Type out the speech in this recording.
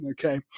okay